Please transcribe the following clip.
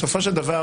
בסופו של דבר,